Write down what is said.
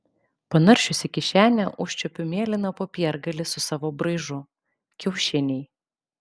panaršiusi kišenę užčiuopiu mėlyną popiergalį su savo braižu kiaušiniai